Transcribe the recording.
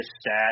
stat